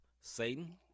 Satan